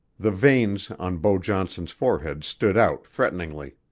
the veins on beau johnson's forehead stood out threateningly.